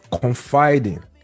confiding